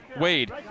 Wade